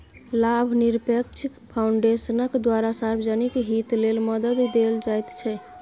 लाभनिरपेक्ष फाउन्डेशनक द्वारा सार्वजनिक हित लेल मदद देल जाइत छै